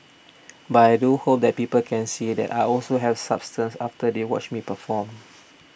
but I do hope that people can see that I also have substance after they watch me perform